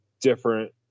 different